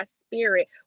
spirit